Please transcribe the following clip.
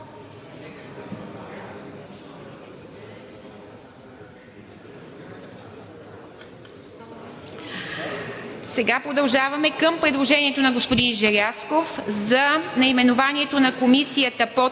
Продължаваме към предложението на господин Желязков за наименованието на Комисията по